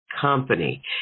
company